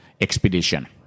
expedition